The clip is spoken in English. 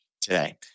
today